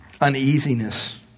uneasiness